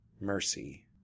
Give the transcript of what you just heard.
mercy